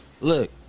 Look